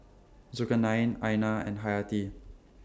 Zulkarnain Aina and Hayati